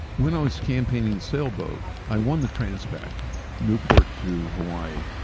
when i was campaigning the sailboat, i won the transpac newport to hawaii